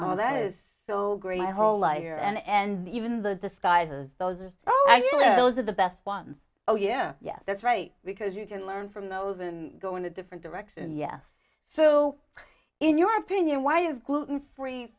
that is so great my whole life and even the disguises those of you those are the best ones oh yeah yeah that's right because you can learn from those and go in a different direction yes so in your opinion why is gluten free